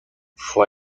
fue